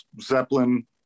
zeppelin